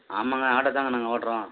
ஆமாங்க ஆட்டோ தான்ங்க நாங்கள் ஓட்டுறோம்